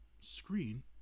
screen